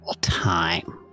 time